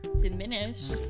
diminish